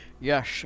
Yes